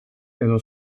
edo